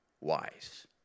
wise